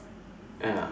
ya